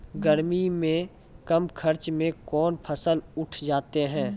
गर्मी मे कम खर्च मे कौन फसल उठ जाते हैं?